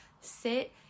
sit